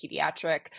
pediatric